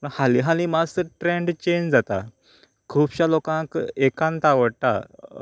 पूण हालीं हालीं मातसो ट्रँड चेंज जाता खुबश्या लोकांक एकांत आवडटा